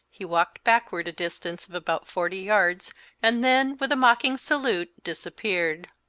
he walked backward a distance of about forty yards and then, with a mocking salute, disappeared.